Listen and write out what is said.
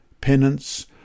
penance